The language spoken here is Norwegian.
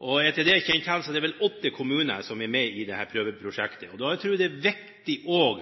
måte. Etter det jeg kjenner til, er det vel åtte kommuner som er med i dette prøveprosjektet. Og